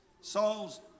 Saul's